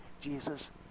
Jesus